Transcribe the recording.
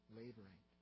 laboring